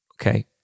Okay